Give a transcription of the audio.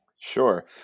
Sure